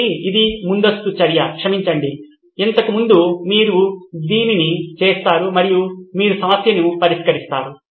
కాబట్టి ఇది ముందస్తు చర్య క్షమించండి ఇంతకు ముందు మీరు దీన్ని చేస్తారు మరియు మీరు సమస్యను పరిష్కరిస్తారు